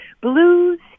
Blues